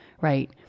right